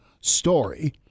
story